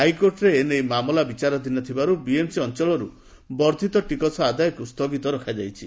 ହାଇକୋର୍ଟରେ ଏନେଇ ମାମଲା ବିଚାରାଧୀନ ଥିବାରୁ ବିଏମ୍ସି ଅଞ୍ଚଳରୁ ବର୍ଦ୍ଧିତ ଟିକସ ଆଦାୟକୁ ସ୍ଥଗିତ ରଖାଯାଇଛି